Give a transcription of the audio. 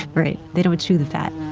right? they don't chew the fat